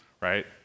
right